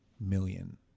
million